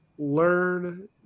Learn